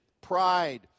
pride